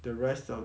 the rest of